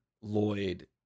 Lloyd